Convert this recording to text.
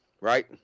right